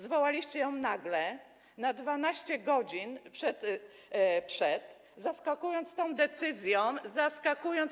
Zwołaliście je nagle, na 12 godzin przed, zaskakując tą decyzją.